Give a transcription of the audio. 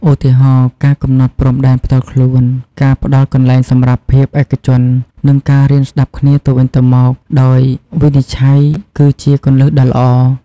ឧទាហរណ៍ ការកំណត់ព្រំដែនផ្ទាល់ខ្លួន ការផ្តល់កន្លែងសម្រាប់ភាពឯកជន និងការរៀនស្តាប់គ្នាទៅវិញទៅមកដោយវិនិច្ឆ័យ គឺជាគន្លឹះដ៏ល្អ។